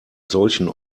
solchen